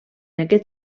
aquest